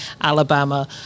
Alabama